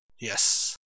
Yes